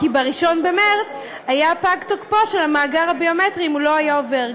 כי ב-1 במרס היה פג תוקפו של המאגר הביומטרי אם הוא לא היה עובר.